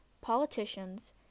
politicians